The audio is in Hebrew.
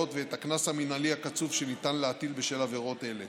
ואת הקנס המנהלי הקצוב שניתן להטיל בשל עבירות אלה.